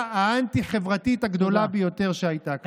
אבל בפועל זו הממשלה האנטי-חברתית הגדולה ביותר שהייתה כאן.